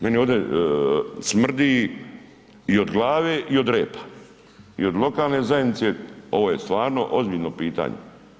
Meni ovdje smrdi i od glave i od repa i od lokalne zajednice, ovo je stvarno ozbiljno pitanje.